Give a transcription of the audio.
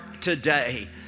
today